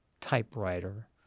typewriter